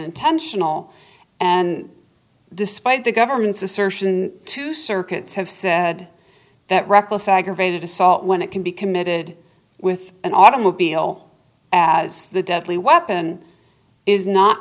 intentional and despite the government's assertion two circuits have said that reckless aggravated assault when it can be committed with an automobile as the deadly weapon is not